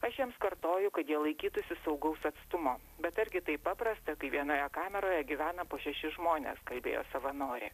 aš jiems kartoju kad jie laikytųsi saugaus atstumo bet argi taip paprasta kai vienoje kameroje gyvena po šešis žmones kalbėjo savanorė